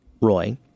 Roy